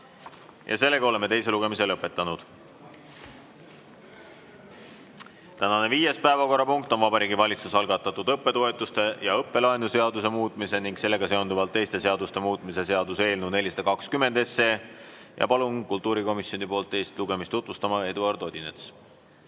lõpetada. Oleme teise lugemise lõpetanud. Tänane viies päevakorrapunkt on Vabariigi Valitsuse algatatud õppetoetuste ja õppelaenu seaduse muutmise ning sellega seonduvalt teiste seaduste muutmise seaduse eelnõu 420. Palun kultuurikomisjoni nimel teist lugemist tutvustama Eduard Odinetsi.